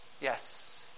Yes